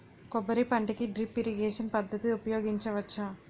కొబ్బరి పంట కి డ్రిప్ ఇరిగేషన్ పద్ధతి ఉపయగించవచ్చా?